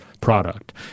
product